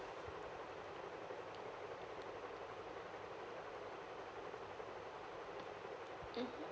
mmhmm